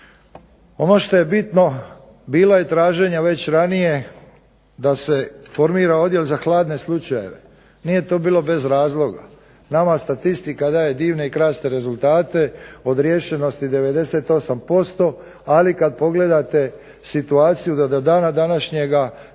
Ono što je bitno bilo je traženja već ranije da se formira odjel za hladne slučajeve. Nije to bilo bez razloga. Nama statistika daje divne i krasne rezultate od riješenosti 98%, ali kada pogledate situaciju da do dana današnjega